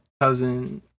cousin